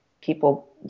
people